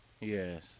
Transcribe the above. yes